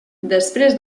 després